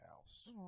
house